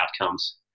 outcomes